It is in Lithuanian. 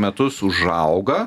metus užauga